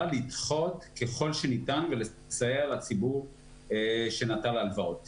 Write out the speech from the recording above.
לדחות ככל שניתן ולסייע לציבור שנטל הלוואות.